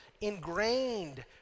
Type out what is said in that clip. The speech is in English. ingrained